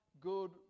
good